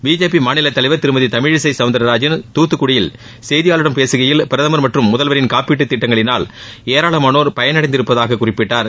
BJP மாநில தலைவர் திருமதி தமிழிசை சௌந்தர்ராஜன் துத்துக்குடியில் செய்தியாளர்களிடம் பேசுகையில் பிரதமர் மற்றும் முதல்வரின் காப்பீடு திட்டங்களினால் ஏராளமானோர் பயனடைந்திருப்பதாகக் குறிப்பிட்டார்